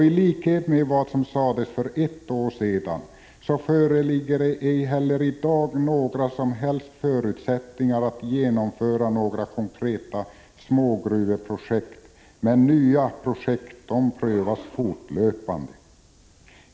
I likhet med vad som sades för ett år sedan föreligger det inte heller i dag några som helst förutsättningar för att genomföra några konkreta smågruveprojekt, men nya projekt prövas fortlöpande.